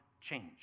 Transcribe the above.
change